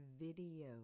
video